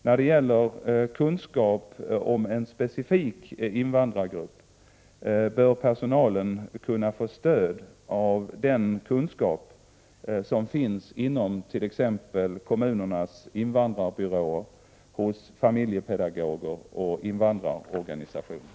När det gäller kunskap om en specifik invandrargrupp bör personalen kunna få stöd av den kunskap som finns t.ex. inom kommunernas invandrarbyråer, hos familjepedagoger och invandrarorganisationer.